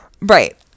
right